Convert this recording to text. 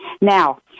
Now